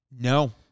No